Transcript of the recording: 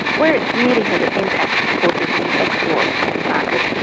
where it's really had its impact of course is in the export market.